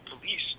police